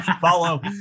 follow